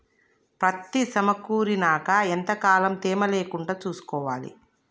పత్తి సమకూరినాక ఎంత కాలం తేమ లేకుండా చూసుకోవాలి?